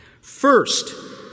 First